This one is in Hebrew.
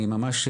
אני ממש בקצרה,